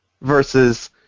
versus